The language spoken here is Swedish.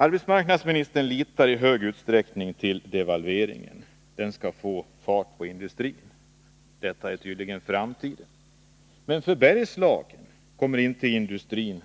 Arbetsmarknadsministern litar i hög utsträckning till devalveringen. Den | skall få fart på industrin, säger hon. Detta är tydligen framtiden. Men | industrin i Bergslagen kommer inte att få speciellt